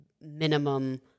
minimum